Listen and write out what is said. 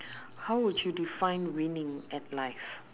how would you define winning at life